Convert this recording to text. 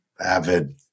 avid